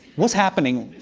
what's happening?